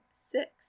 six